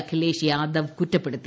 അഖിലേഷ് യാദവ് കുറ്റപ്പെടുത്തി